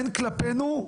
הן כלפינו,